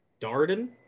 Darden